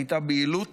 הייתה בהילות